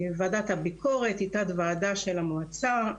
ועדת הביקורת היא תת ועדה של המועצה,